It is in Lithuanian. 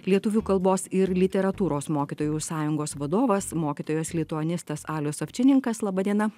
lietuvių kalbos ir literatūros mokytojų sąjungos vadovas mokytojas lituanistas alius avčininkas laba diena